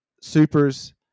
supers